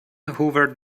hoovered